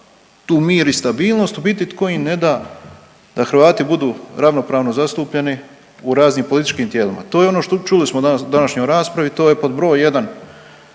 tu mir i stabilnost, u biti tko im ne da da Hrvati budu ravnopravno zastupljeni u raznim političkim tijelima? To je ono što, čuli smo danas u današnjoj raspravi to je pod broj jedan